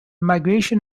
migration